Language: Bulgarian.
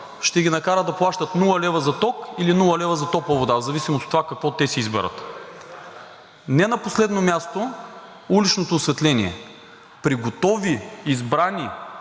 ще ги накара да плащат нула лева за ток или нула лева за топла вода в зависимост от това какво те си избират. Не на последно място – уличното осветление. При готови, избрани